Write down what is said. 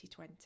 2020